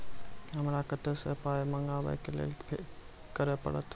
हमरा कतौ सअ पाय मंगावै कऽ लेल की करे पड़त?